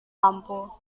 lampu